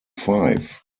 five